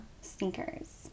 sneakers